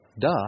duh